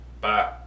Bye